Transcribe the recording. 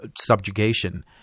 subjugation